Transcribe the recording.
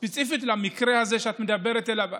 ספציפית למקרה הזה שאת מדברת עליו,